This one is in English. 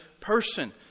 person